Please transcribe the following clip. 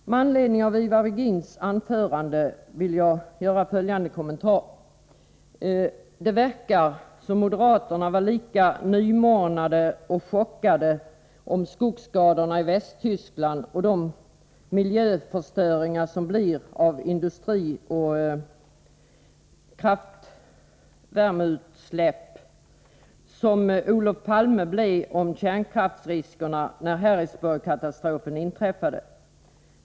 Med anledning av Ivar Virgins anförande vill jag göra följande kommentar: Det verkar som om moderaterna var lika nymornade och chockade beträffande skogsskadorna i Västtyskland och den miljöförstöring som orsakas av industrin och kraftvärmeutsläppen som Olof Palme blev när det gällde kärnkraftsriskerna då Harrisburgkatastrofen inträffade.